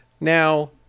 Now